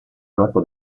corpo